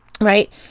right